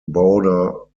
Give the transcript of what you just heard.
border